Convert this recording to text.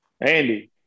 Andy